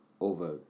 over